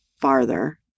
farther